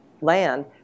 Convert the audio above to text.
land